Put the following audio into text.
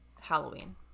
Halloween